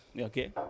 Okay